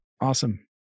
Awesome